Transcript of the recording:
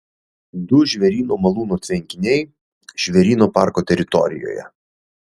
du žvėryno malūno tvenkiniai žvėryno parko teritorijoje